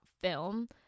film